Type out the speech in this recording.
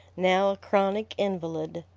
now a chronic invalid.